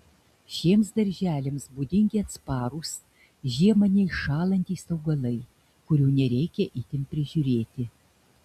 šiems darželiams būdingi atsparūs žiemą neiššąlantys augalai kurių nereikia itin prižiūrėti